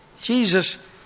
jesus